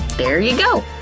there you go.